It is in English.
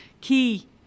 key